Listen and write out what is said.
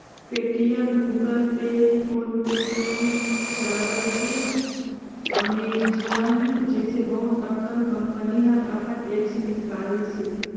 Paytm, Google Pay, PhonePe free, charge, Amazon जइसे बहुत अकन कंपनी हर अपन ऐप्स निकालिसे